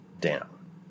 down